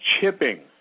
chipping